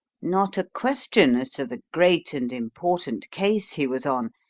not a question as to the great and important case he was on,